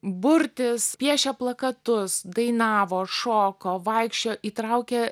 burtis piešė plakatus dainavo šoko vaikščiojo įtraukė